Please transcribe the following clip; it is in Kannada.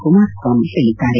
ಕುಮಾರಸ್ನಾಮಿ ಹೇಳಿದ್ದಾರೆ